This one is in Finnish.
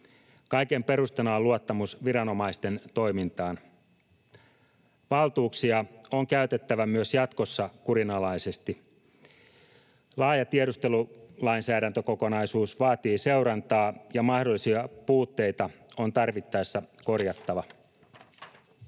Kaiken perustana on luottamus viranomaisten toimintaan. Valtuuksia on käytettävä myös jatkossa kurinalaisesti. Laaja tiedustelulainsäädäntökokonaisuus vaatii seurantaa, ja mahdollisia puutteita on tarvittaessa korjattava.